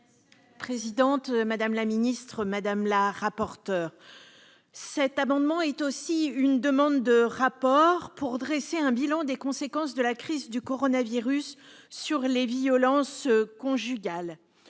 Madame Filleul. Présidente, madame la ministre, madame la rapporteure, cet amendement est aussi une demande de rapport pour dresser un bilan des conséquences de la crise du coronavirus sur les violences conjugales